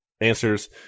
answers